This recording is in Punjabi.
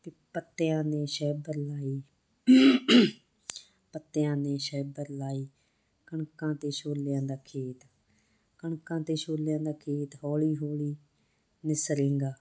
ਅਤੇ ਪੱਤਿਆਂ ਨੇ ਸ਼ੈਬਰ ਲਾਈ ਪੱਤਿਆਂ ਨੇ ਸ਼ੈਬਰ ਲਾਈ ਕਣਕਾਂ ਅਤੇ ਛੋਲਿਆਂ ਦਾ ਖੇਤ ਕਣਕਾਂ ਅਤੇ ਛੋਲਿਆਂ ਦਾ ਖੇਤ ਹੌਲੀ ਹੌਲੀ ਨਿਸਰੇਂਗਾ